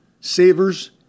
savers